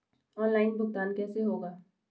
Online भुगतान कैसे होगा?